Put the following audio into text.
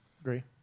agree